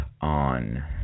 on